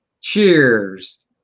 Cheers